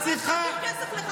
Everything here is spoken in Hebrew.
שתומך בלהביא כסף לחמאס.